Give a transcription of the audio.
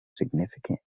significant